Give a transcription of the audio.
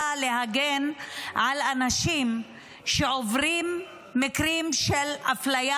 באה להגן על אנשים שעוברים מקרים של אפליה